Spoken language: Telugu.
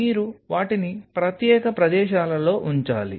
మీరు వాటిని ప్రత్యేక ప్రదేశాలలో ఉంచాలి